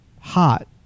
hot